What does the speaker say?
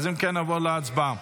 נעבור להצבעה.